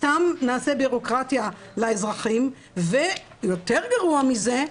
סתם נעשה בירוקרטיה לאזרחים ויותר גרוע מזה,